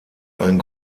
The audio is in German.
ein